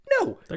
No